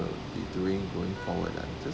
will be doing going forward ah just